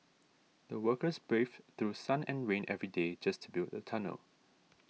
the workers braved through sun and rain every day just to build a tunnel